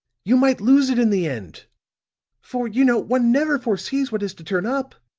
you might lose it in the end for, you know, one never foresees what is to turn up.